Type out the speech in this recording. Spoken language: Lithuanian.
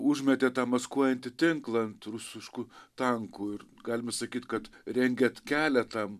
užmetė tą maskuojantį tinklą ant rusiškų tankų ir galime sakyt kad rengėt keletą